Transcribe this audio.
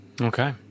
okay